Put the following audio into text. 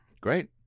Great